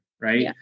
right